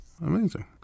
Amazing